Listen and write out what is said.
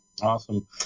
Awesome